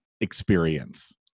experience